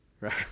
Right